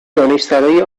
دانشسرای